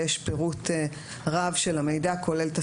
יש פירוט רב של המידע,